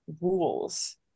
rules